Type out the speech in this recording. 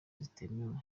zitemewe